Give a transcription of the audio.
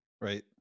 Right